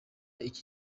iki